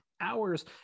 hours